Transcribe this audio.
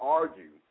argue